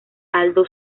aldo